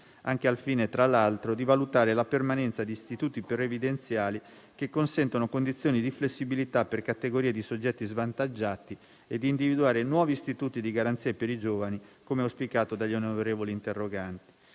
anche al fine, tra l'altro, di valutare la permanenza di istituti previdenziali che consentono condizioni di flessibilità per categorie di soggetti svantaggiati e di individuare nuovi istituti di garanzia per i giovani, come auspicato dagli onorevoli interroganti.